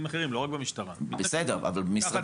במטה